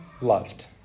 loved